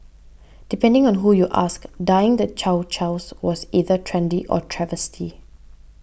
depending on who you ask dyeing the Chow Chows was either trendy or a travesty